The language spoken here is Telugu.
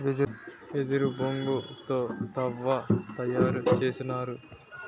వెదురు బొంగు తో తవ్వ తయారు చేసినారు